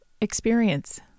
experience